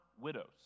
widows